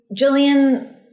Jillian